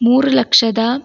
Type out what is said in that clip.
ಮೂರು ಲಕ್ಷದ